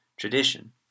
tradition